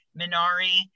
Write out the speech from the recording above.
Minari